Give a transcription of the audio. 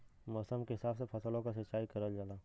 मौसम के हिसाब से फसलो क सिंचाई करल जाला